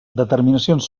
determinacions